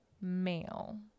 male